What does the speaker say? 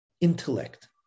intellect